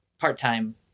part-time